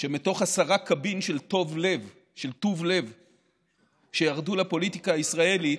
שמתוך עשרה קבין של טוב לב שירדו לפוליטיקה הישראלית,